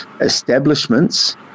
establishments